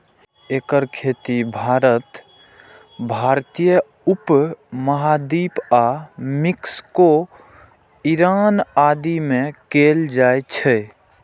एकर खेती भारत, भारतीय उप महाद्वीप आ मैक्सिको, ईरान आदि मे कैल जाइ छै